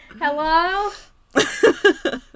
Hello